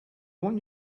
want